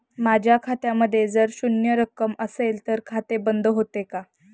माझ्या खात्यामध्ये जर शून्य रक्कम असेल तर खाते बंद होते का?